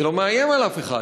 זה לא מאיים על אף אחד.